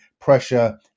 pressure